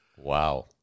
wow